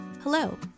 Hello